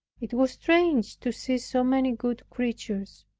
it was strange to see so many good creatures,